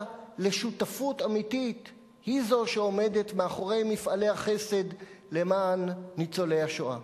לשותפות אמיתית היא שעומדת מאחורי מפעלי החסד למען ניצולי השואה.